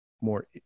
more